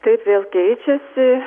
taip vėl keičiasi